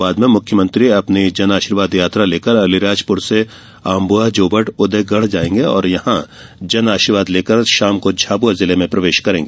बाद में मुख्यमंत्री अपनी जनआशीर्वाद यात्रा लेकर अलीराजपुर से आंबुआ जोबट उदयगढ़ जायेंगे और यहां जनआशीर्वाद लेकर शाम को झाबुआ जिले में प्रवेश करेंगे